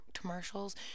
commercials